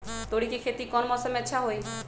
तोड़ी के खेती कौन मौसम में अच्छा होई?